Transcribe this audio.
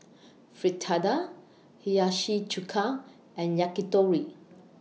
Fritada Hiyashi Chuka and Yakitori